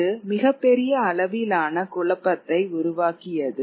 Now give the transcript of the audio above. இது மிகப்பெரிய அளவிலான குழப்பத்தை உருவாக்கியது